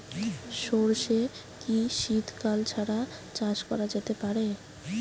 সর্ষে কি শীত কাল ছাড়া চাষ করা যেতে পারে?